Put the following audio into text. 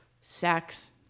sex